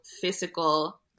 physical